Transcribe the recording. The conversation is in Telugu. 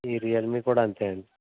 ఈ రియల్మీ కూడా అంతే అండి